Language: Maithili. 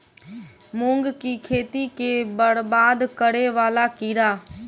मूंग की खेती केँ बरबाद करे वला कीड़ा?